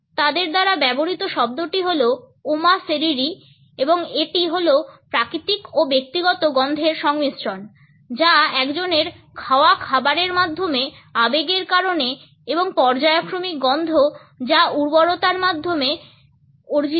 তাদের দ্বারা ব্যবহৃত শব্দটি হল Oma Seriri এবং এটি হল প্রাকৃতিক ও ব্যক্তিগত গন্ধের সংমিশ্রণ যা একজনের খাওয়া খাবারের মাধ্যমে আবেগের কারণে এবং পর্যায়ক্রমিক গন্ধ যা উর্বরতার মাধ্যমে অর্জিত হয়